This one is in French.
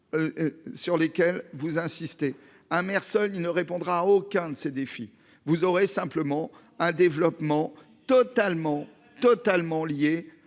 Sur lesquels vous insistez. Seul il ne répondra à aucun de ces défis, vous aurez simplement un développement totalement, totalement lié